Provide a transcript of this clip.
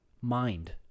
mind